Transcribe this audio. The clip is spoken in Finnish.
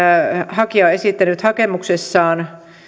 hakija on esittänyt hakemuksessaan